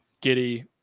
Giddy